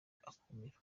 akumiro